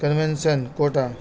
convention quota